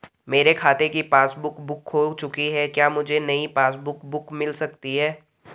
मेरे खाते की पासबुक बुक खो चुकी है क्या मुझे नयी पासबुक बुक मिल सकती है?